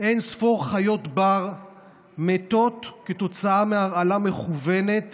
אין-ספור חיות בר מתות כתוצאה מהרעלה מכוונת